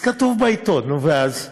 אז כתוב בעיתון, נו, ואז?